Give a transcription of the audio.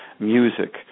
Music